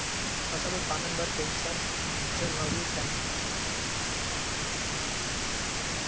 फसल उत्पादन बर कैसन जलवायु चाही?